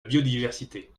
biodiversité